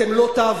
אתם לא תעברו,